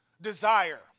desire